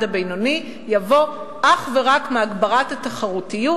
הבינוני יבוא אך ורק מהגברת התחרותיות.